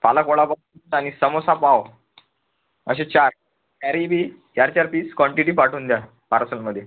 पालक वडापाव चालेल समोसा पाव असे चार तरीबी चार चार पीस कॉन्टीटी पाठवून द्या पार्सलमध्ये